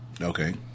Okay